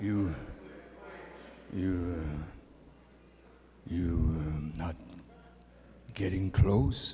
you you you not getting close